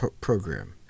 program